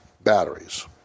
batteries